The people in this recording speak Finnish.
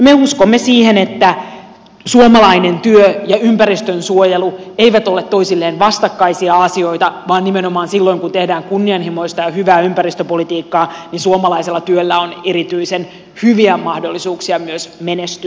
me uskomme siihen että suomalainen työ ja ympäristönsuojelu eivät ole toisilleen vastakkaisia asioita vaan nimenomaan silloin kun tehdään kunnianhimoista ja hyvää ympäristöpolitiikkaa suomalaisella työllä on erityisen hyviä mahdollisuuksia myös menestyä maailmalla